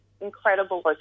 incredible